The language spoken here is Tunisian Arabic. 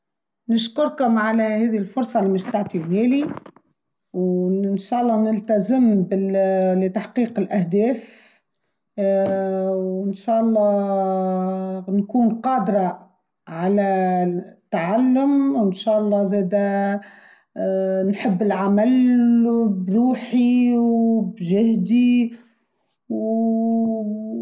نشكركم على هذه الفرصة اللي مش تعطيهالي وإن شاء الله نلتزم لتحقيق الأهداف اااا وإن شاء الله بنكون قادرة على التعلم وإن شاء الله زادا نحب العمل بروحي وجهدي وووووو.